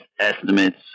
estimates